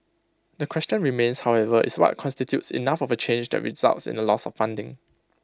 the question remains however is what constitutes enough of A change that results in A loss of funding